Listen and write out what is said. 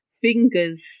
fingers